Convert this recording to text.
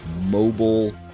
mobile